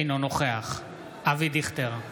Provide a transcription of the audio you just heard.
אינו נוכח אבי דיכטר,